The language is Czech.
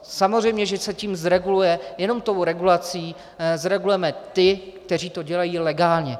Samozřejmě že se tím zreguluje, jenom tou regulací zregulujeme ty, kteří to dělají legálně.